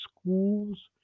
schools